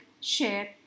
share